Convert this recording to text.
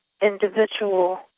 individual